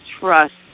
trust